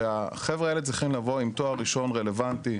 שהחבר'ה האלה צריכים לבוא עם תואר ראשון רלוונטי,